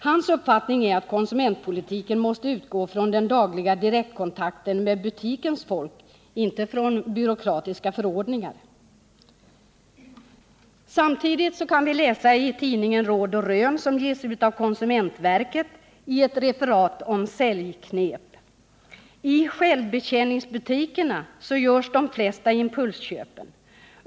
Hans uppfattning är att konsumentpolitiken måste utgå från den dagliga direktkontakten med butikens folk — inte från byråkratiska förordningar. Samtidigt kan man läsa i tidningen Råd och Rön, som ges ut av Konsumentverket, ett referat om säljknep. I självbetjäningsbutikerna görs de flesta impulsköpen.